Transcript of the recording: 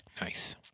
Nice